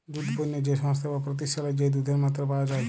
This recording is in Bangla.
দুধ পণ্য যে সংস্থায় বা প্রতিষ্ঠালে যেই দুধের মাত্রা পাওয়া যাই